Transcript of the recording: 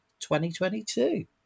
2022